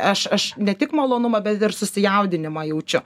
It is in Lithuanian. aš aš ne tik malonumą bet ir susijaudinimą jaučiu